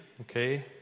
okay